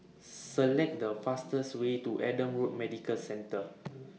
Select The fastest Way to Adam Road Medical Centre